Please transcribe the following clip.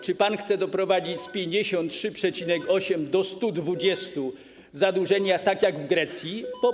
Czy pan chce doprowadzić z 53,8 do 120 zadłużenia tak jak w Grecji?